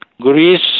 Greece